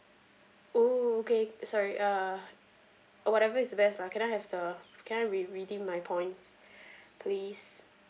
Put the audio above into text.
oh okay sorry uh whatever is the best lah can I have the can I redeem my points please